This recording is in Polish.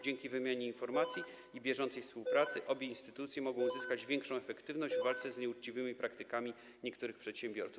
Dzięki wymianie informacji i bieżącej współpracy obie instytucje mogą uzyskać większą efektywność w walce z nieuczciwymi praktykami niektórych przedsiębiorców.